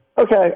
Okay